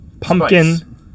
Pumpkin